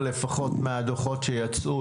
לפחות מהדוחות שיצאו,